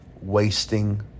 wasting